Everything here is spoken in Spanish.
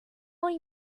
muy